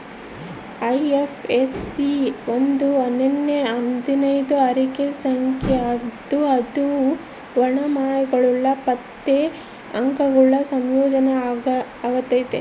IFSC ಒಂದು ಅನನ್ಯ ಹನ್ನೊಂದು ಅಂಕೆ ಸಂಖ್ಯೆ ಆಗಿದ್ದು ಅದು ವರ್ಣಮಾಲೆಗುಳು ಮತ್ತೆ ಅಂಕೆಗುಳ ಸಂಯೋಜನೆ ಆಗೆತೆ